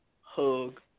hug